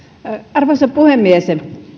arvoisa puhemies